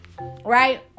right